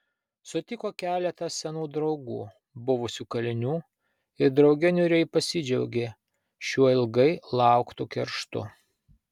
sutiko keletą senų draugų buvusių kalinių ir drauge niūriai pasidžiaugė šiuo ilgai lauktu kerštu